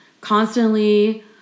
constantly